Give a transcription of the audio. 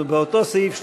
אנחנו באותו סעיף,